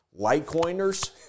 Litecoiners